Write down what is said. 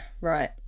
right